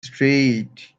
straight